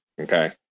okay